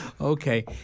Okay